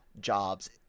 jobs